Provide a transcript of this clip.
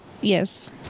Yes